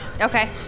okay